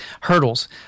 hurdles